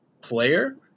player